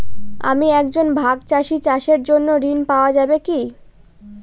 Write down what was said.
আমি একজন ভাগ চাষি চাষের জন্য ঋণ পাওয়া যাবে কি?